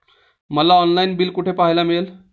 मला online bill कुठे पाहायला मिळेल?